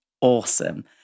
awesome